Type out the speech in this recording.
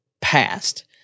past